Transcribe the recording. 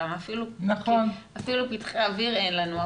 כי אפילו פתחי אוויר אין לנו,